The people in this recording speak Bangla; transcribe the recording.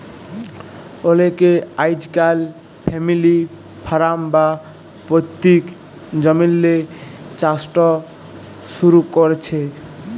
অলেকে আইজকাইল ফ্যামিলি ফারাম বা পৈত্তিক জমিল্লে চাষট শুরু ক্যরছে